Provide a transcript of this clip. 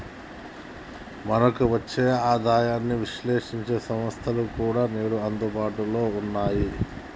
మనకు వచ్చే ఆదాయాన్ని విశ్లేశించే సంస్థలు కూడా నేడు అందుబాటులో ఉన్నాయి